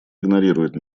игнорирует